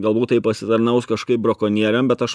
galbūt tai pasitarnaus kažkaip brakonieriam bet aš